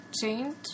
change